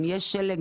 אם יש שלג,